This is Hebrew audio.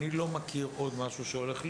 אני לא מכיר עוד משהו שהולך להיות.